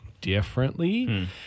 differently